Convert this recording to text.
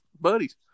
buddies